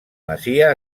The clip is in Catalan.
masia